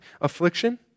affliction